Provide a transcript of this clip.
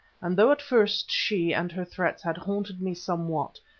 and though at first she and her threats had haunted me somewhat,